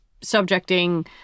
subjecting